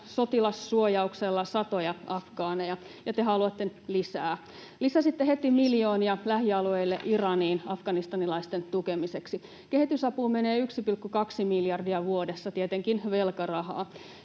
sotilassuojauksella satoja afgaaneja, ja te haluatte lisää. Lisäsitte heti miljoonia lähialueille Iraniin afganistanilaisten tukemiseksi. Kehitysapuun menee 1,2 miljardia vuodessa, tietenkin velkarahaa